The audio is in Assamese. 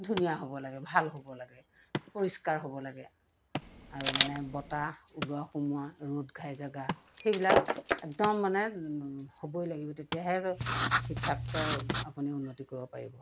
ধুনীয়া হ'ব লাগে ভাল হ'ব লাগে পৰিষ্কাৰ হ'ব লাগে আৰু মানে বতাহ ওলোৱা সোমোৱা ৰ'দ ঘাই জেগা সেইবিলাক একদম মানে হ'বই লাগিব তেতিয়াহে ঠিক ঠাককৈ আপুনি উন্নতি কৰিব পাৰিব